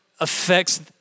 affects